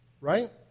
Right